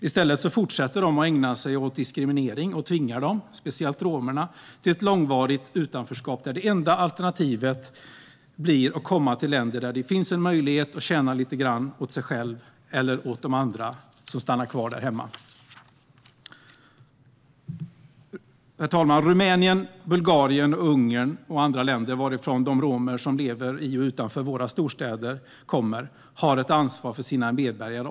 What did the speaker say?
I stället fortsätter de att ägna sig åt diskriminering och tvingar medborgare - speciellt romer - till ett långvarigt utanförskap, där det enda alternativet blir att komma till länder där det finns en möjlighet att tjäna lite grann åt sig själv eller åt dem som stannar kvar hemma. Herr talman! Rumänien, Bulgarien, Ungern och andra länder varifrån de romer kommer som lever i och utanför våra storstäder har ett ansvar för sina medborgare.